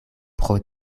pro